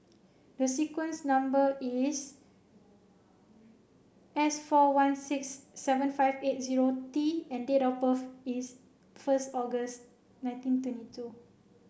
the sequence number is S four one six seven five eight zero T and date of birth is first August nineteen twenty two